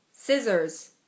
Scissors